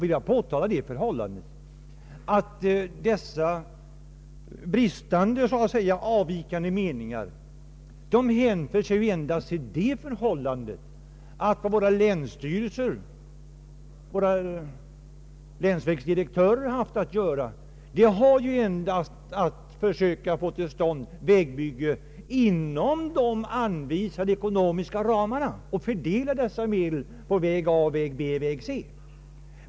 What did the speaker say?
Men jag vill då framhålla att dessa avvikande meningar endast hänför sig till det förhållandet att länsvägdirektörerna haft att försöka få till stånd ett bättre vägbygge inom de anvisade ekonomiska ramarna och att fördela dessa medel på väg A, väg B och väg C.